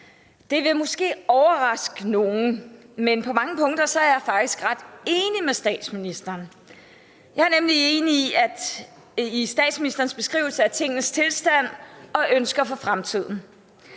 Det vil måske overraske nogle, men på mange punkter er jeg faktisk ret enig med statsministeren. Jeg er nemlig enig i statsministerens beskrivelse af tingenes tilstand og ønsker for fremtiden.